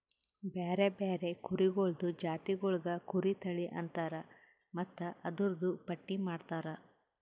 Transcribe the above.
ಬ್ಯಾರೆ ಬ್ಯಾರೆ ಕುರಿಗೊಳ್ದು ಜಾತಿಗೊಳಿಗ್ ಕುರಿ ತಳಿ ಅಂತರ್ ಮತ್ತ್ ಅದೂರ್ದು ಪಟ್ಟಿ ಮಾಡ್ತಾರ